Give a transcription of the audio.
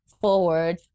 Forward